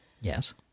Yes